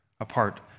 apart